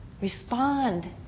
Respond